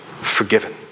forgiven